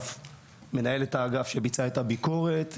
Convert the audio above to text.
מנהלת האגף שביצעה את הביקורת,